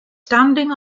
standing